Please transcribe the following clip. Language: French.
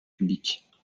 publiques